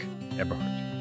Eberhardt